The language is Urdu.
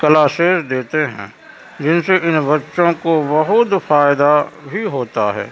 کلاسیز دیتے ہیں جن سے ان بچوں کو بہت فائدہ بھی ہوتا ہے